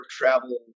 travel